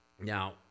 Now